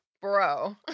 bro